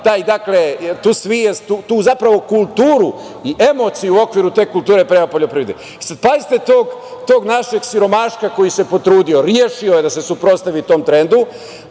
zapravo kulturu i emociju u okviru te kulture prema poljoprivredi. Sada pazite tog našeg siromaška, koji se potrudio i rešio da se suprotstavi tom trendu,